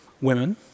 women